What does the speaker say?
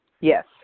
Yes